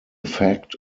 fact